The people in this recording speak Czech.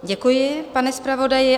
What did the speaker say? Děkuji, pane zpravodaji.